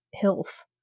health